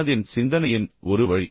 மனதின் சிந்தனையின் ஒரு வழி